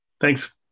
Thanks